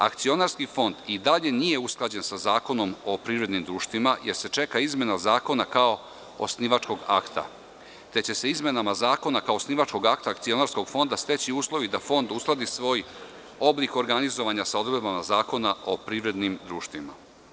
Akcionarski fond i dalje nije usklađen sa Zakonom o privrednim društvima, jer se čeka izmena zakona kao osnivačkog akta, te će se izmenama zakona kao osnivačkog akta Akcionarskog fonda steći uslovi da fond uskladi svoj oblik organizovanja sa odredbama Zakona o privrednim društvima.